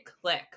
click